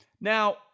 Now